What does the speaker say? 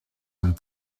amb